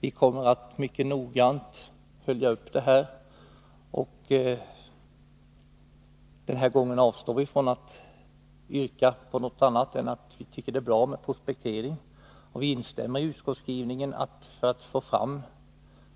Vi kommer att mycket noggrant följa upp detta. Den här gången avstår vi från att yrka på något annat än att vi tycker det är bra med prospektering. Vi instämmer i utskottsskrivningen om att man för att få fram